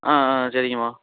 ஆ ஆ சரிங்கம்மா